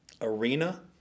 arena